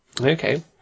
Okay